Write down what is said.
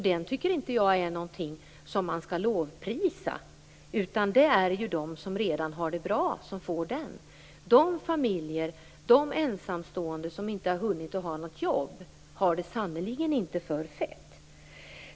Jag tycker inte att den är någonting som man skall lovprisa, utan det är de som redan har det bra som får den. De ensamstående som inte har hunnit ha något arbete har det sannerligen inte för fett.